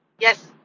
Yes